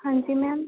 ਹਾਂਜੀ ਮੈਮ